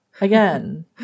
again